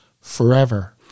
forever